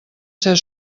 ser